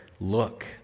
look